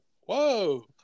whoa